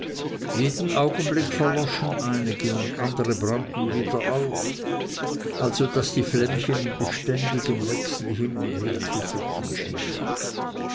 jeden augenblick verloschen einige und andere brannten wieder auf also daß die flämmchen in beständigem wechsel hinund herzuhüpfen schienen